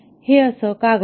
हे अस का घडते